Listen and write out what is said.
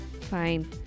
Fine